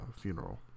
funeral